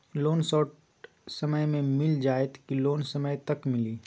Loan short समय मे मिल जाएत कि लोन समय तक मिली?